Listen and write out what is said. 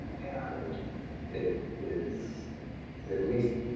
and it is at least,